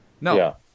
No